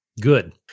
Good